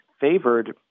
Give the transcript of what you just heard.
favored